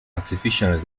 artificial